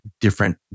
different